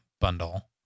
bundle